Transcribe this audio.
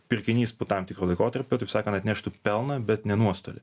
pirkinys po tam tikro laikotarpio taip sakant atneštų pelną bet ne nuostolį